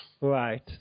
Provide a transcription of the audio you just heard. Right